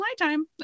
nighttime